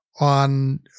on